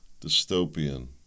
Dystopian